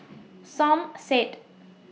Som Said